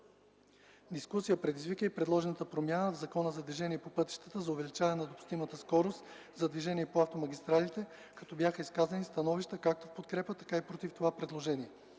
Дискусия предизвика и предложената промяна в Закона за движение по пътищата за увеличаване на допустимата скорост за движение по автомагистралите, като бяха изказани становища както в подкрепа, така и против това предложение.